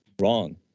wrong